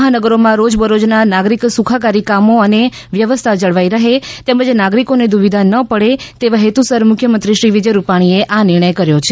મહાનગરોમાં રોજબરોજના નાગરિક સુખાકારી કામો અને વ્યવસ્થા જળવાઇ રહે તેમજ નાગરિકોને દુવિધા ન પડે તેવા હેતુસર મુખ્યમંત્રી શ્રી વિજય રૂપાણીએ આ નિર્ણય કર્યો છે